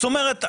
זאת אומרת ,